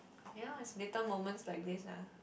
you know is little moments like this ah